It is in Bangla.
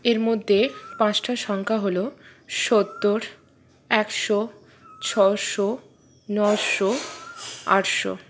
এর মধ্যে পাঁচটা সংখ্যা হল সত্তর একশো ছশো নশো আটশো